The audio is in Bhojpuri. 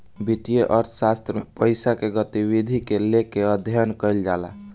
वित्तीय अर्थशास्त्र में पईसा के गतिविधि के लेके अध्ययन कईल जाला